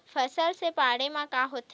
फसल से बाढ़े म का होथे?